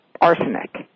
arsenic